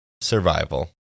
survival